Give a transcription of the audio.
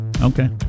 Okay